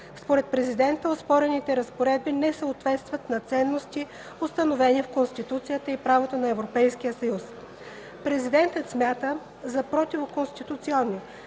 Според президента оспорените разпоредби не съответстват на ценности, установени в Конституцията и в правото на Европейския съюз. Президентът смята за противоконституционни